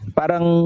parang